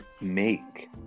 make